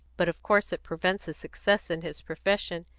but of course it prevents his success in his profession,